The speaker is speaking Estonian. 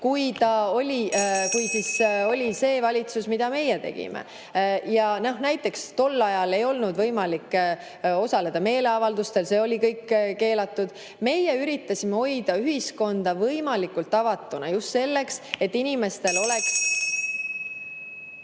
kella.) kui see valitsus, mille meie tegime. Näiteks tol ajal ei olnud võimalik osaleda meeleavaldustel, need oli keelatud. Meie üritasime hoida ühiskonda võimalikult avatuna just selleks, et inimestel oleks